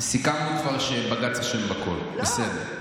כבר סיכמנו שבג"ץ אשם בכול, בסדר.